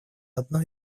одно